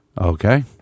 Okay